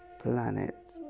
planet